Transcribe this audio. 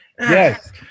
Yes